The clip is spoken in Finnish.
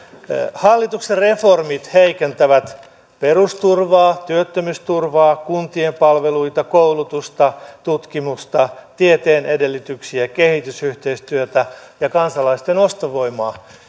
hallituksen reformit heikentävät perusturvaa työttömyysturvaa kuntien palveluita koulutusta tutkimusta tieteen edellytyksiä kehitysyhteistyötä ja kansalaisten ostovoimaa